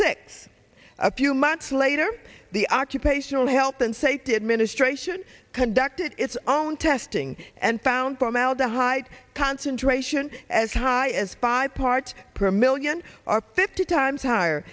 six a few months later the occupational health and safety administration conducted its own testing and found formaldehyde concentration as high as five part per million are fifty times higher